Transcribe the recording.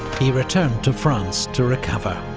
he returned to france to recover,